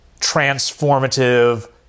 transformative